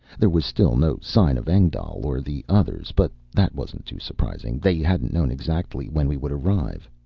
there was still no sign of engdahl or the others, but that wasn't too surprising they hadn't known exactly when we would arrive.